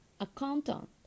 Accountant